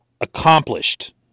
accomplished